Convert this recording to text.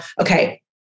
okay